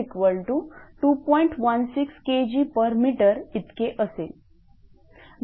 16 Kgm इतके असेल